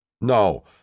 No